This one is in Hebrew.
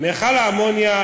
מכל האמוניה,